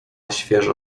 świeżo